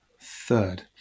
third